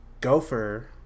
Gopher